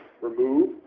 remove